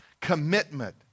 commitment